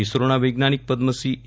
ઇસરોના વૈજ્ઞાનિક પદ્મશ્રી એ